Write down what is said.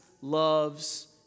loves